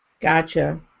Gotcha